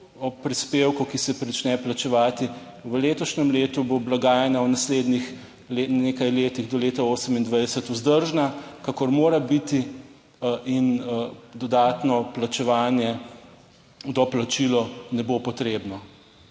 prispevku, ki se prične plačevati v letošnjem letu, bo blagajna v naslednjih nekaj letih do leta 2028 vzdržna, kakor mora biti. In dodatno plačevanje, doplačilo ne bo potrebno.